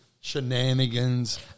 Shenanigans